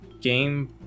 game